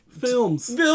Films